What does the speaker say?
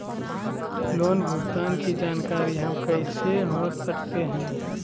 Loan भुगतान की जानकारी हम कैसे हो सकते हैं?